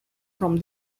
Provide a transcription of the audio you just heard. from